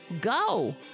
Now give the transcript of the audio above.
go